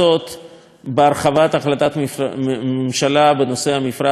בהרחבת החלטת הממשלה בנושא המפרץ לכיוון הקריות.